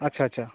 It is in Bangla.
আচ্ছা আচ্ছা